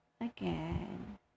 again